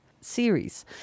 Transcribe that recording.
series